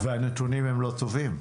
הנתונים הם לא טובים,